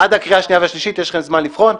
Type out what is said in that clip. עד הקריאה השנייה והשלישית יש לכם זמן לבחון.